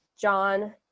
John